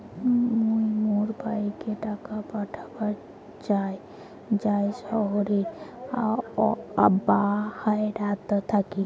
মুই মোর ভাইকে টাকা পাঠাবার চাই য়ায় শহরের বাহেরাত থাকি